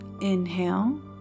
Inhale